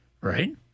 right